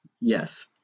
Yes